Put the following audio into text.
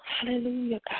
Hallelujah